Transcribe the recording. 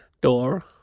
door